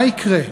מה יקרה?